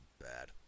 bad